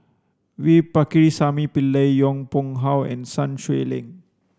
V Pakirisamy Pillai Yong Pung How and Sun Xueling